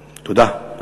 תודה.